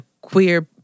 queer